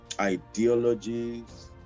ideologies